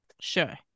Sure